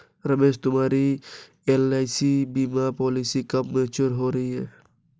रमेश तुम्हारी एल.आई.सी बीमा पॉलिसी कब मैच्योर हो रही है?